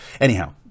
anyhow